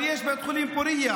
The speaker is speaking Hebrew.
אבל יש בית חולים פורייה,